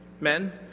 men